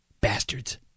bastards